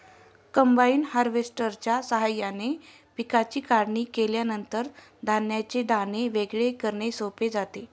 combine हार्वेस्टरच्या साहाय्याने पिकांची काढणी केल्यानंतर धान्याचे दाणे वेगळे करणे सोपे जाते